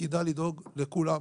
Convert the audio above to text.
תפקידה לדאוג לכולם,